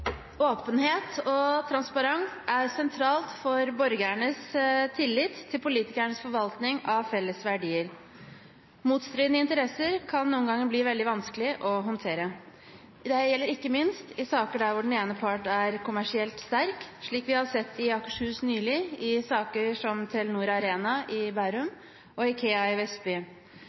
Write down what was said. «Åpenhet og transparens er sentralt for borgernes tillit til politikernes forvaltning av felles verdier. Motstridende interesser kan noen ganger bli vanskelige å håndtere. Ikke minst i saker der den ene part er kommersielt sterk, slik vi har sett i Akershus nylig i saker som Telenor Arena i